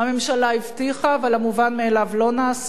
הממשלה הבטיחה, אבל המובן מאליו לא נעשה.